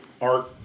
art